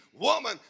woman